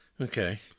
okay